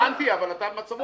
הבנתי, אבל אתה במצב רוח.